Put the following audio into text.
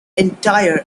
entire